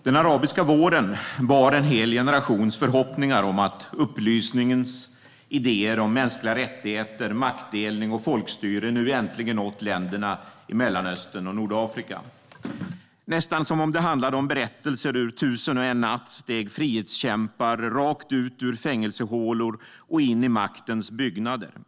Herr talman! Den arabiska våren bar en hel generations förhoppningar om att upplysningens idéer om mänskliga rättigheter, maktdelning och folkstyre nu äntligen hade nått länderna i Mellanöstern och Nordafrika. Nästan som om det handlade om berättelser ur Tusen och en natt steg frihetskämpar rakt ut ur fängelsehålor och in i maktens byggnader.